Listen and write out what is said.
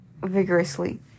vigorously